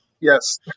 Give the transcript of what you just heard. Yes